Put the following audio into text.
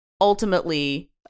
Ultimately